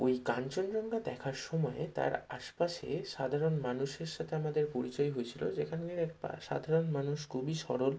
ওই কাঞ্চনজঙ্ঘা দেখার সময় তার আশপাশে সাধারণ মানুষের সাথে আমাদের পরিচয় হয়েছিলো যেখানে এক বা সাধারণ মানুষ খুবই সরল